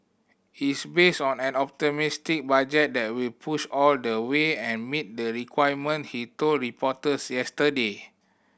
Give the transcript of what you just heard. is based on an optimistic budget that will push all the way and meet the requirement he told reporters yesterday